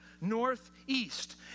northeast